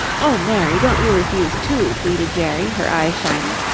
oh, mary, don't you refuse, too, pleaded jerry, her eyes shining,